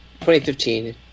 2015